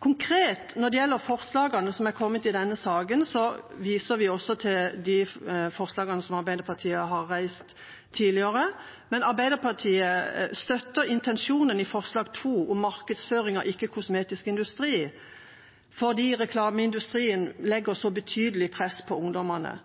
Konkret når det gjelder forslagene som har kommet i denne saken, viser vi til forslagene som Arbeiderpartiet har reist tidligere, men Arbeiderpartiet støtter intensjonen i forslag nr. 2, om markedsføring av ikke-kosmetisk industri, fordi reklameindustrien legger et så betydelig press på ungdommene.